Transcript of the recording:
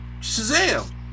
Shazam